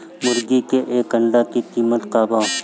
मुर्गी के एक अंडा के कीमत का बा?